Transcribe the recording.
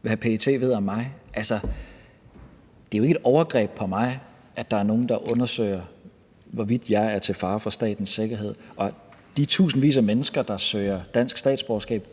hvad PET ved om mig. Altså, det er jo ikke et overgreb på mig, at der er nogen, der undersøger, hvorvidt jeg er til fare for statens sikkerhed. Og de tusindvis af mennesker, der søger dansk statsborgerskab,